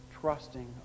trusting